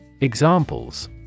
Examples